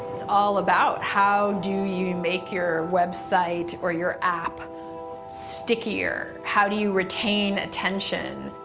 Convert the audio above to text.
it's all about how do you make your website or your app stickier, how do you retain attention?